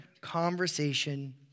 conversation